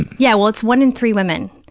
yeah, well, it's one in three women,